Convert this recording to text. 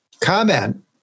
comment